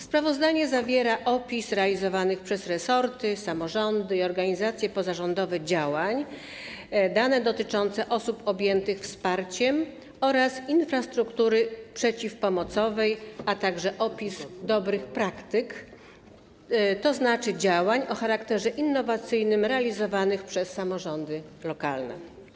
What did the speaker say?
Sprawozdanie zawiera opis realizowanych przez resorty, samorządy i organizacje pozarządowe działań, dane dotyczące osób objętych wsparciem oraz infrastruktury przeciwprzemocowej, a także opis dobrych praktyk, tzn. działań o charakterze innowacyjnym realizowanych przez samorządy lokalne.